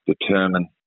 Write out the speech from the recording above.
determine